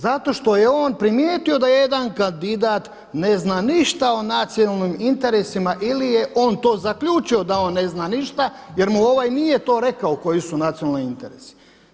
Zato što je on primijetio da jedan kandidat ne zna ništa o nacionalnim interesima ili je on to zaključio da on ne znam ništa jer mu ovaj nije to rekao koji su nacionalni interesi.